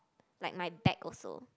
like my back also